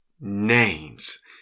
names